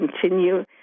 continue